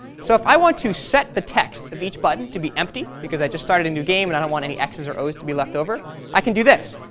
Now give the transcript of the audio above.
so if i want to set the text of each button to be empty because i just started a new game and i don't want any xs or os to be left over i can do this.